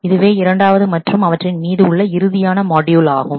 இதுவே இரண்டாவது மற்றும் அவற்றின் மீது உள்ள இறுதியான மாட்யூல் ஆகும்